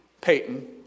Payton